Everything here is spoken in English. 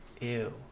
Ew